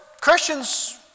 Christians